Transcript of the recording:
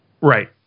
Right